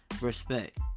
respect